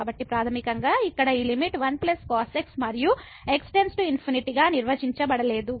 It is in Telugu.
కాబట్టి ప్రాథమికంగా ఇక్కడ ఈ లిమిట్ 1 cos x మరియు x→∞ గా నిర్వచించబడలేదు